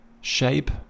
shape